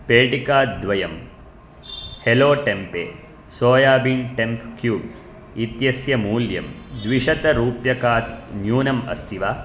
पेटिकाद्वयं hello tempeh soybean tempeh cubes इतस्य मूल्यं द्विशतरुप्यकात् न्यूनम् अस्ति वा